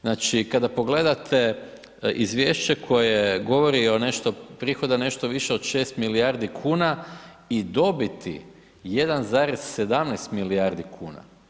Znači kada pogledate izvješće koje govori o nešto prihoda nešto više od 6 milijardi kuna i dobiti 1,17 milijarde kn.